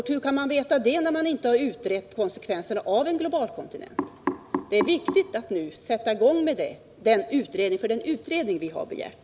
Men hur kan man veta det när man inte har utrett konsekvenserna i detta avseende? Det är viktigt att en utredning tillsätts — det är vad vi har begärt.